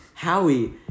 Howie